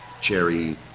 cherry